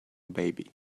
baby